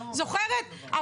זוכרת?